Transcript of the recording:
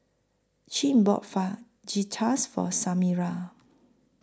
Chin bought Fajitas For Samira